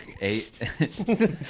eight